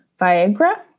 Viagra